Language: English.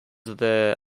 there